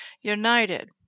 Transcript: united